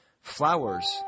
Flowers